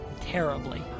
terribly